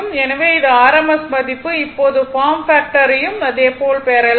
எனவே இது R RMS மதிப்பு இப்போது பார்ம் பாக்டர் யும் அதே போல் பெறலாம்